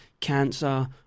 cancer